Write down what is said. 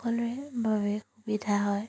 সকলোৰে বাবে সুবিধা হয়